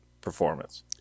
performance